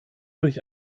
durch